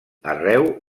arreu